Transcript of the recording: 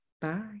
Bye